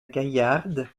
gaillarde